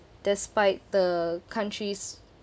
despite the countries